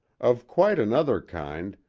of quite another kind,